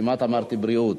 כמעט אמרתי בריאות.